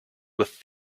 with